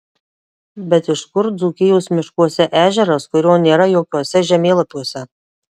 bet iš kur dzūkijos miškuose ežeras kurio nėra jokiuose žemėlapiuose